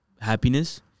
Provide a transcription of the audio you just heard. happiness